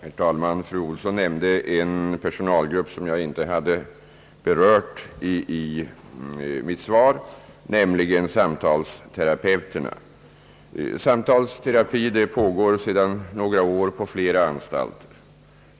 Herr talman! Fru Ohlsson nämnde en personalgrupp som jag inte hade berört i mitt svar, nämligen samtalsterapeuterna. Samtalsterapi pågår sedan några år vid ett flertal anstalter.